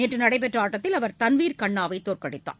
நேற்று நடைபெற்ற ஆட்டத்தில் அவர் தன்வீர் கன்னாவை தோற்கடித்தார்